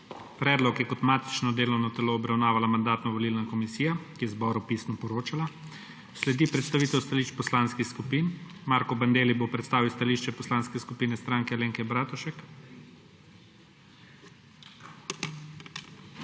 Predlog je kot matično delovno telo obravnavala Mandatno-volilna komisija, ki je zboru pisno poročala. Sledi predstavitev stališč poslanskih skupin. Marko Bandelli bo predstavil stališče Poslanske skupine Stranke Alenke Bratušek. MARKO